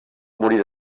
morir